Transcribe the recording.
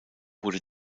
wurde